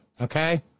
Okay